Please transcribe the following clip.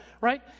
right